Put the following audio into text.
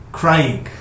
crying